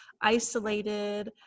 isolated